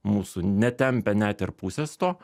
mūsų netempia net ir pusės to